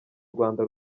rwanda